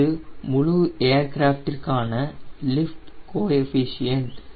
இது முழு ஏர்கிராப்டிற்கான லிஃப்ட் கோஎஃபீஷியன்ட்